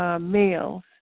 males